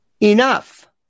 enough